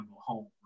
home